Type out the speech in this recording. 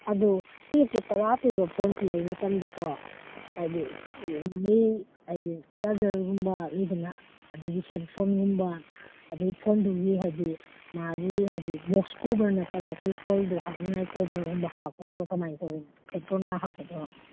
ꯑꯗꯣ ꯄꯣꯠꯁꯤ ꯇꯔꯥ ꯄꯤꯕ ꯐꯣꯟꯁꯤ ꯂꯩ ꯃꯇꯝꯗꯀꯣ ꯍꯥꯏꯗꯤ ꯃꯤ ꯍꯥꯏꯗꯤ ꯆꯥꯔꯖꯔꯒꯨꯝꯕ ꯂꯩꯗꯅ ꯑꯗꯒꯤ ꯍꯦꯠ ꯐꯣꯟꯒꯨꯝꯕ ꯑꯗꯒꯤ ꯐꯣꯟꯗꯨꯒꯤ ꯍꯥꯏꯗꯤ ꯃꯥꯒꯤ ꯍꯥꯏꯗꯤ ꯕꯣꯛꯁ ꯀꯣꯕꯔ ꯅꯠꯇꯕ ꯑꯩꯈꯣꯏ ꯐꯣꯟꯗꯣ ꯍꯥꯞꯅꯤꯡꯉꯥꯏ ꯀꯣꯕꯔꯒꯨꯝꯕ ꯍꯥꯞꯀꯗ꯭ꯔꯣ ꯀꯃꯥꯏꯅ ꯇꯧꯋꯤ ꯍꯦꯠ ꯐꯣꯟꯒ ꯍꯥꯞꯄꯗꯣ